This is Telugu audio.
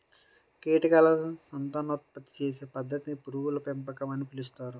కీటకాల సంతానోత్పత్తి చేసే పద్ధతిని పురుగుల పెంపకం అని పిలుస్తారు